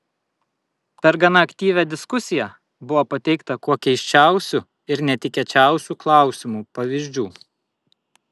per gana aktyvią diskusiją buvo pateikta kuo keisčiausių ir netikėčiausių klausimų pavyzdžių